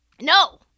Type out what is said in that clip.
No